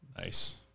Nice